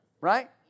Right